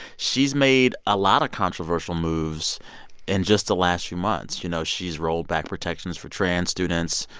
she's made a lot of controversial moves in just the last few months. you know, she's rolled back protections for trans students.